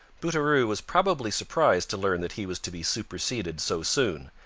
bouteroue was probably surprised to learn that he was to be superseded so soon,